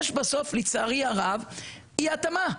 יש בסוף, לצערי הרב, אי-התאמה.